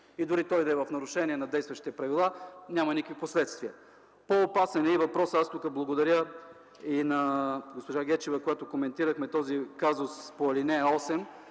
И дори той да е в нарушение на действащите правила, няма никакви последствия. По-опасен е въпросът, тук благодаря и на госпожа Гечева, с която коментирахме казуса по ал. 8,